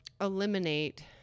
eliminate